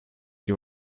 you